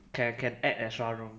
can can add extra room